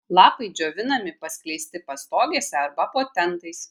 lapai džiovinami paskleisti pastogėse arba po tentais